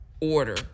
order